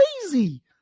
crazy